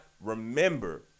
remember